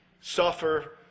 suffer